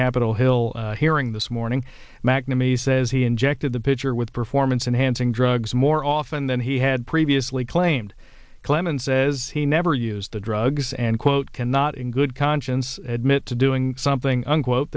capitol hill hearing this morning mcnamee says he injected the pitcher with performance enhancing drugs more often than he had previously claimed clemens says he never used the drugs and quote cannot in good conscience admit to doing something unquote